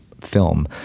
film